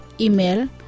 Email